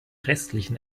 restlichen